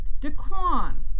Daquan